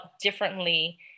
differently